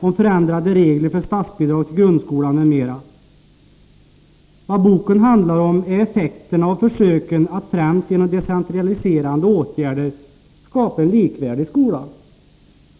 om förändrade regler för statsbidrag till grundskolan m.m. Vad boken handlar om är effekterna av försöken att främst genom decentraliserande åtgärder skapa en likvärdig skola.